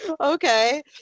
Okay